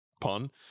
Pun